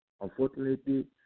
Unfortunately